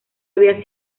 había